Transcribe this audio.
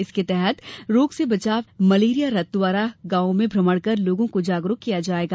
इसके तहत रोग से बचाव के लिये मलेरिया रथ द्वारा गांवों में भ्रमण कर लोगों को जागरूक किया जायेगा